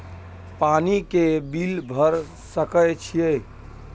पानी के बिल भर सके छियै?